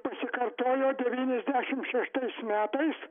pasikartojo devyniasdešim šeštais metais